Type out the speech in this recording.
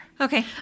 Okay